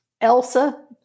Elsa